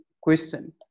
question